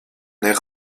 air